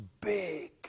big